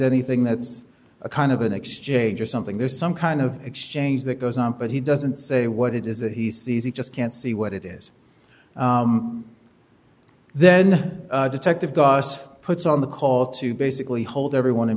anything that's a kind of an exchange or something there's some kind of exchange that goes on but he doesn't say what it is that he sees he just can't see what it is then detective gus puts on the call to basically hold everyone in